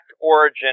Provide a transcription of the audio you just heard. origin